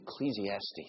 Ecclesiastes